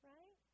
Right